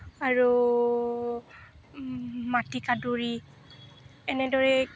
আৰু মাটিকাদুৰি এনেদৰে